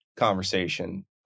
conversation